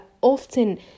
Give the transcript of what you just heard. often